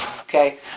Okay